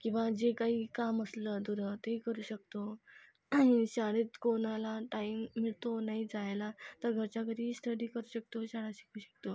किंवा जे काही काम असलं अधुरं तेही करू शकतो शाळेत कोणाला टाईम मिळतो नाही जायला तर घरच्या घरी स्टडी करू शकतो शाळा शिकू शकतो